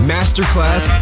Masterclass